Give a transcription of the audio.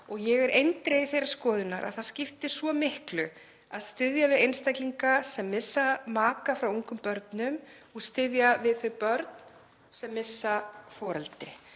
Ég er eindregið þeirrar skoðunar að það skipti svo miklu að styðja við einstaklinga sem missa maka frá ungum börnum og styðja við þau börn sem missa foreldri.